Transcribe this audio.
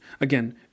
again